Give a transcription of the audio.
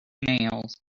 nails